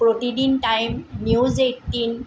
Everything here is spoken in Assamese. Pratidin Time News eighteen